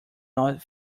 not